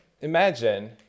imagine